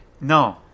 No